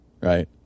right